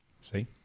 See